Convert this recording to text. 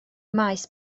maes